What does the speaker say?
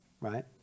Right